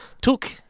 Took